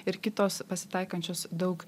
ir kitos pasitaikančios daug